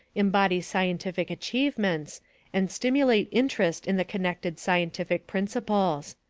embody scientific achievements and stimulate interest in the connected scientific principles.